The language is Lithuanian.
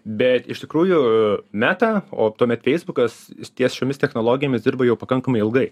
bet iš tikrųjų meta o tuomet feisbukas ties šiomis technologijomis dirba jau pakankamai ilgai